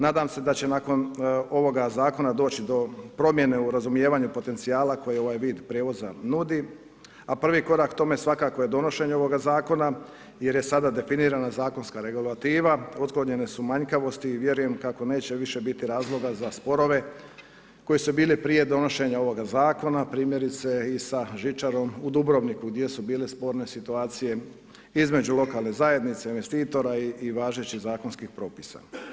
Nadam se da će nakon ovoga zakona doći do promjene u razumijevanju potencijala koji ovaj vid prijevoza nudi a prvi korak tome svakako je donošenje ovoga zakona jer je sada definirana zakonska regulativa, otklonjene su manjkavosti i vjerujem kako neće više biti razloga za sporove koji su bili prije donošenja ovoga zakona, primjerice i sa žičarom u Dubrovniku gdje su bile sporne situacije između lokalne zajednice, investitora i važećih zakonskih propisa.